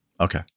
okay